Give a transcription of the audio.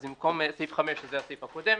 אז במקום סעיף 5 שזה הסעיף הקודם,